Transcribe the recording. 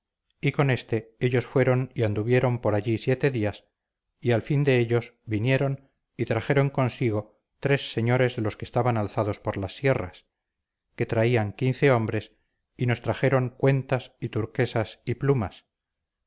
y con éste ellos fueron y anduvieron por allí siete días y al fin de ellos vinieron y trajeron consigo tres señores de los que estaban alzados por las sierras que traían quince hombres y nos trajeron cuentas y turquesas y plumas